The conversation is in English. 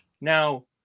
Now